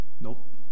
Nope